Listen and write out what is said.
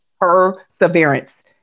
perseverance